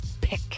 pick